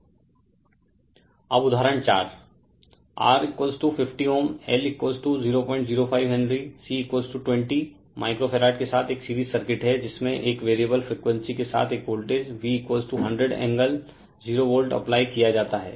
Refer Slide Time 1255 अब उदाहरण 4 R50Ω L005 henry C20 micro farad के साथ एक सीरीज सर्किट है जिसमें एक वेरिएबल फ्रीक्वेंसी के साथ एक voltage V100 angle 0 volt apply किया जाता है